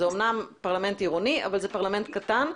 זה אמנם פרלמנט עירוני אבל זה פרלמנט קטן.